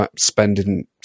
spending